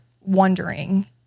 wondering